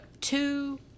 two